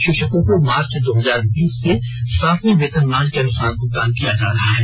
षिक्षकों को मार्च दो हजार बीस से सातवें वेतनमान के अनुसार भुगतान किया जा रहा है